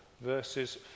verses